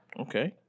okay